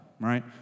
right